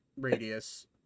radius